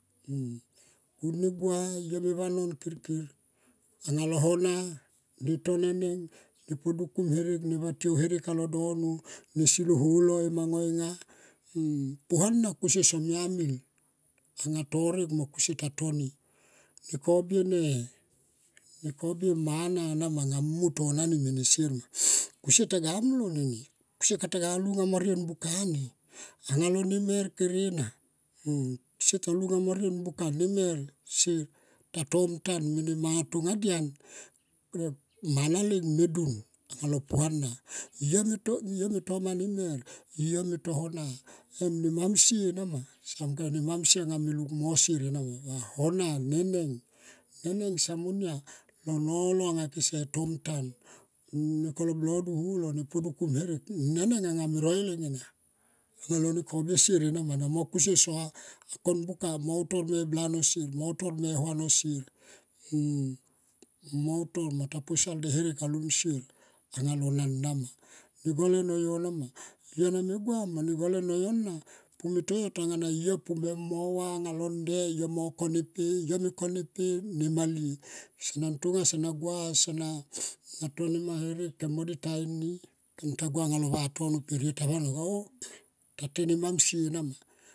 Ku ne gua yo me vanon kirkir anga lo hona ne to neneng ne poduk herek ne vatiou herek alo dono ne sil lo holo e mangoi nga. Puana kusie samla mil mo kusie ta toni ne ko ble ne mana na ma anga mu to na ni mene sier. Kusle kata ga lunga mo rien buka ni anga lo ne mer tere na sier ta lunga mo rien buka ta tom tan mene manga tonga dian. Mana leng me dun alo puana. Yo me toma nemer, yo me to hono em ne mamsie nama. Samung kone ne mamsie nga me lunga mo sier ena ma. Hona neneng somo nia lo nolo ketom tan nekolo blodu holo ne podukum horek ne neng anga me roi leng ena anga lo ne koble sier ena ma na mo kusier soa kon buka mo ne utor me blano sier mone utor me huano sier mo utor mo ta posal nde herek alum sier anga lo nana ma ne gole ano yo nama yo me gua mo ne gole noyo na me toyo tonga yo pumo ne va aunga londe yomo ne kone epe. Yo me kone pe va ne malie sana tonga sana gu sana to nema herek kem mo di ta inie kem tagua anga le vatono per yo ta vanon oh ta te ne mam sie nama.